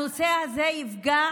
הנושא הזה יפגע